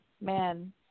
Man